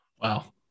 Wow